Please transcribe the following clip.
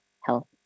health